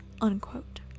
unquote